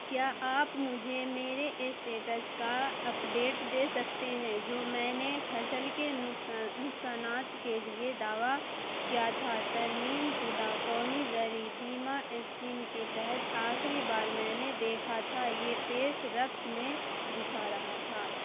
کیا آپ مجھے میرے اسٹیٹس کا اپڈیٹ دے سکتے ہیں جو میں نے فصل کے نقصانات کے لیے دعوی کیا تھا ترمیم شدہ قومی زرعی بیمہ اسکیم کے تحت آخری بار میں نے دیکھا تھا یہ پیش رفت میں دکھا رہا تھا